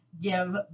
give